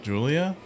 Julia